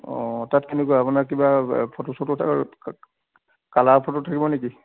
অঁ তাত কেনেকুৱা আপোনাৰ কিবা ফটো চটো থকা কালাৰ ফটো থাকিব নেকি